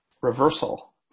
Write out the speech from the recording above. reversal